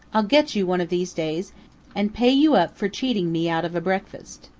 i'll get you one of these days and pay you up for cheating me out of a breakfast.